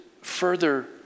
further